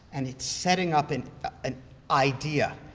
and it's setting up and an idea,